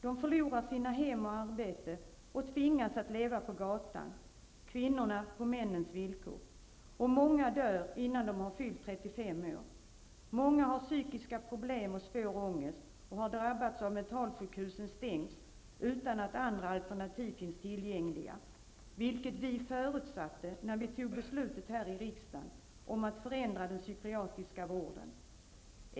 De förlorar sina hem och sitt arbete och tvingas leva på gatan -- kvinnorna på männens villkor. Många dör innan de har fyllt 35 år. Många har psykiska problem och svår ångest och har drabbats av att mentalsjukhusen stängts utan att andra alternativ finns tillgängliga, vilket vi förutsatte när vi här i riksdagen fattade beslutet om att förändra den psykiatriska vården.